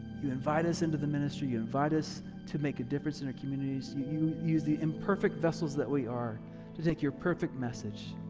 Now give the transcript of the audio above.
you invite us into the ministry, you invite us to make a difference in our communities, you you use the imperfect vessels that we are to take your perfect message.